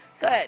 Good